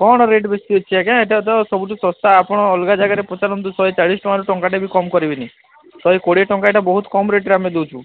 କ'ଣ ରେଟ୍ ବେଶୀ ଅଛି ଆଜ୍ଞା ଏଇଟା ତ ସବୁଠୁ ଶସ୍ତା ଆପଣ ଅଲଗା ଜାଗାରେ ପଚାରନ୍ତୁ ଶହେ ଚାଳିଶ ଟଙ୍କାରୁ ଟଙ୍କାଟେ ବି କମ କରିବେନି ଶହେ କୋଡ଼ିଏ ଟଙ୍କାଟା ବହୁତ କମ୍ ରେଟ୍ରେ ଆମେ ଦେଉଛୁ